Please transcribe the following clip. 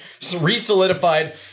Resolidified